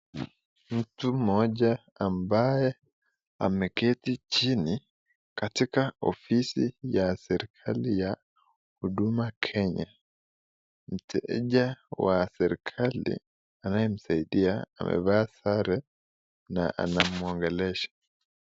Mtu mmoja ambaye ameketi chini katika ofisi ya serikali ya huduma ya kenya, mteja wa serikali anayemsaidia amevaa sare na anamwongelesha.